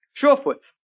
Shorefoots